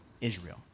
Israel